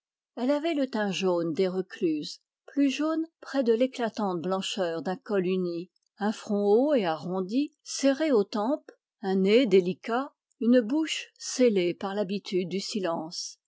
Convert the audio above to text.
elle avait le teint jaune des recluses plus jaune près de l'éclatante blancheur d'un col uni un front haut serré aux tempes un nez délicat une bouche scellée par l'habitude du silence